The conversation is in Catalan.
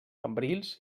cambrils